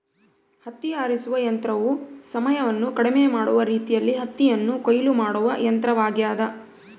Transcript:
ಹತ್ತಿ ಆರಿಸುವ ಯಂತ್ರವು ಸಮಯವನ್ನು ಕಡಿಮೆ ಮಾಡುವ ರೀತಿಯಲ್ಲಿ ಹತ್ತಿಯನ್ನು ಕೊಯ್ಲು ಮಾಡುವ ಯಂತ್ರವಾಗ್ಯದ